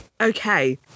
Okay